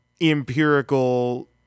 empirical